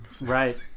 Right